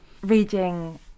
reading